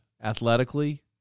athletically